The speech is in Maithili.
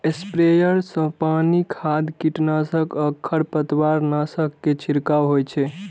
स्प्रेयर सं पानि, खाद, कीटनाशक आ खरपतवारनाशक के छिड़काव होइ छै